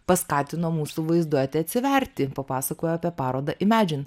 paskatino mūsų vaizduotę atsiverti papasakojo apie parodą į medžiagą